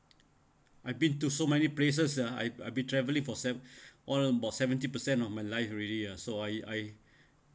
I've been to so many places that I've been travelling for sev~ or about seventy percent of my life already ah so I I